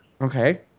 Okay